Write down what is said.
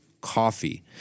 coffee